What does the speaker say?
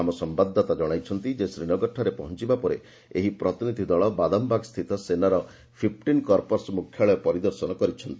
ଆମ ସମ୍ଭାଦଦାତା ଜଣାଇଛନ୍ତି ଯେ ଶ୍ରୀନଗରଠାରେ ପହଞ୍ଚିବା ପରେ ଏହି ପ୍ରତିନିଧି ଦଳ ବାଦାମବାଗସ୍ଥିତ ସେନାର ଫିପ୍ଟିନ୍ କର୍ପସ ମୁଖ୍ୟାଳୟ ପରିଦର୍ଶନ କରିଛନ୍ତି